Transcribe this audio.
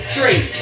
Three